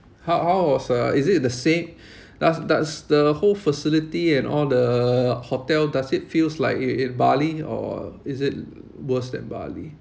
how how was uh is it the same does does the whole facility and all the hotel does it feels like it it Bali or is it worse than Bali